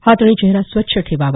हात आणि चेहरा स्वच्छ ठेवावा